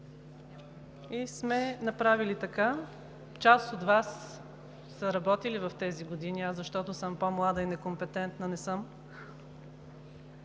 и сме направили така, част от Вас са работили в тези години, аз, защото съм по-млада и некомпетентна, не съм,